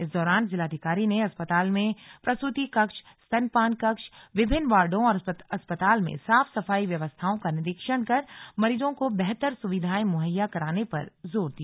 इस दौरान जिलाधिकारी ने अस्पताल में प्रसूति कक्ष स्तनपान कक्ष विभिन्न वार्डो और अस्पताल में साफ सफाई व्यवस्थाओं का निरीक्षण कर मरीजों को बेहतर सुविधाएं मुहैया कराने पर जोर दिया